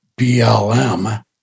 BLM